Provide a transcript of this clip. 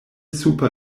super